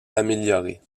améliorée